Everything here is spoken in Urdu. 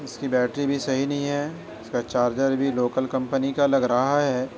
اِس کی بیٹری بھی صحیح نہیں ہے اِس کا چارجر بھی لوکل کمپنی کا لگ رہا ہے